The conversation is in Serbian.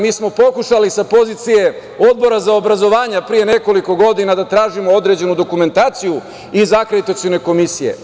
Mi smo pokušali sa pozicije Odbora za obrazovanje, pre nekoliko godina da tražimo određenu dokumentaciju iz akreditacione komisije.